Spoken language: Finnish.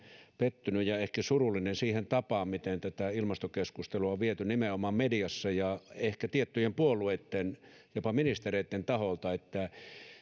pettynyt ja ehkä surullinen siihen tapaan miten tätä ilmastokeskustelua on viety nimenomaan mediassa ja ehkä tiettyjen puolueitten jopa ministereitten taholta